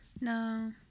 No